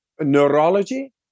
neurology